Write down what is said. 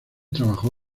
trabajó